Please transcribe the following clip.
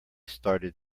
started